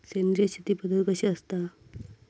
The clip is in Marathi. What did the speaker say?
सेंद्रिय शेती पद्धत कशी असता?